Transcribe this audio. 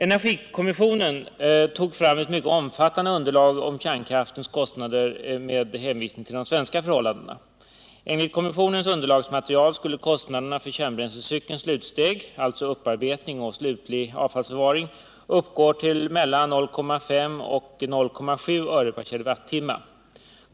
Energikommissionen tog fram ett mycket omfattande underlag om kärnkraftens kostnader med hänvisning till de svenska förhållandena. Enligt kommissionens underlagsmaterial skulle kostnaderna för kärnbränslecykelns slutsteg, alltså upparbetning och slutlig avfalisförvaring, uppgå till mellan 0,5 och 0,7 öre/kWh.